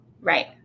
right